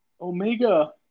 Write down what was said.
Omega